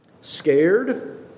scared